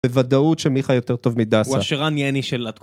בוודאות שמיכה יותר טוב מדסה הוא השרן ייני של התקופה